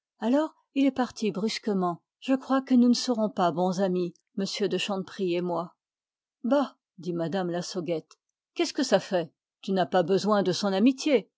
alors il est parti brusquement je crois que nous ne serons pas bons amis m de chanteprie et moi bah dit mme lassauguette qu'est-ce que ça fait tu n'as pas besoin de son amitié